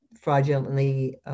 fraudulently